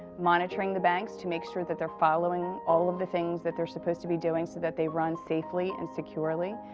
monitoring the banks to make sure that they're following all of the things that they're supposed to be doing so that they run safely and securely.